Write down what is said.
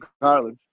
regardless